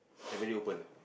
everyday open eh